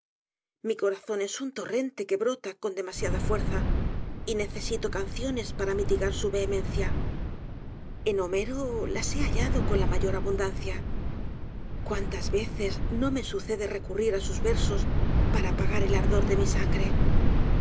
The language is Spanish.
mi corazón es un torrente que brota con demasiada fuerza y necesito canciones para mitigar su vehemencia en homero las he hallado con la mayor abundancia cuántas veces no me sucede recurrir á sus versos para apagar el ardor de mi sangre